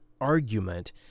argument